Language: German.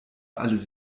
alles